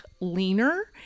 leaner